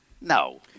No